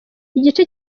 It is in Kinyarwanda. igice